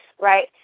right